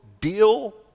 deal